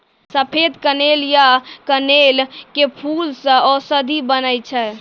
सफेद कनेर या कनेल के फूल सॅ औषधि बनै छै